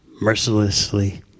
mercilessly